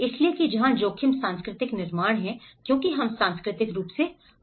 इसलिए कि जहां जोखिम सांस्कृतिक निर्माण है क्योंकि हम सांस्कृतिक रूप से पक्षपाती हैं